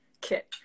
kit